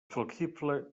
flexible